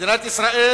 מדינת ישראל